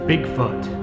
Bigfoot